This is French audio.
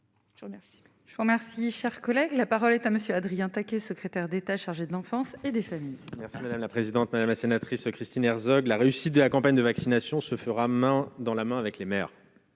Je vous remercie,